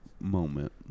moment